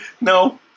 No